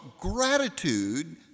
gratitude